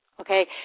okay